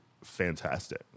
fantastic